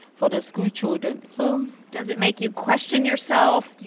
for the schoolchildren so does it make you question yourself? do you.